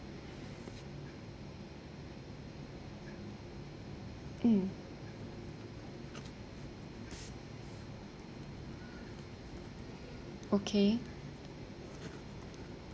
hmm okay